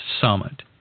summit